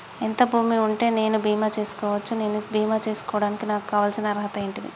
ఎంత భూమి ఉంటే నేను బీమా చేసుకోవచ్చు? నేను బీమా చేసుకోవడానికి నాకు కావాల్సిన అర్హత ఏంటిది?